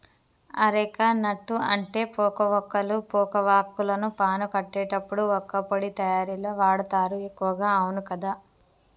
areca nut అంటే పోక వక్కలు, పోక వాక్కులను పాను కట్టేటప్పుడు వక్కపొడి తయారీల వాడుతారు ఎక్కువగా అవును కదా